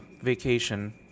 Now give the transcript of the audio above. vacation